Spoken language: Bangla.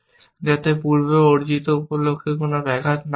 যাতে পূর্বে অর্জিত উপ লক্ষ্যের কোন ব্যাঘাত না ঘটে